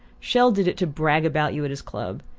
chelles did it to brag about you at his club.